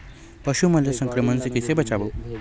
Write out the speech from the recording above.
पशु मन ला संक्रमण से कइसे बचाबो?